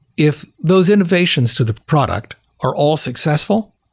if those innovations to the product are all successful,